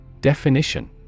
Definition